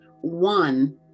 one